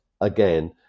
again